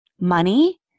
money